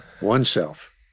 oneself